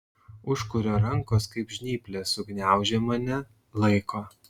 užkurio rankos kaip žnyplės sugniaužė mane laiko